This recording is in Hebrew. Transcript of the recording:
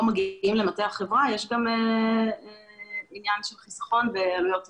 מגיעים למטה החברה יש גם עניין של חיסכון בעלויות תפעוליות.